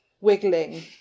wiggling